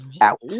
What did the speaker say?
out